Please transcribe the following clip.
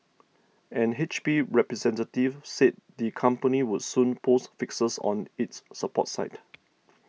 an H P representative said the company would soon post fixes on its support site